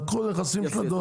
לקחו נכסים של הדואר.